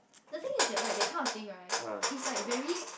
the thing is that right that kind of thing right it's like very